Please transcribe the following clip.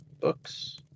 books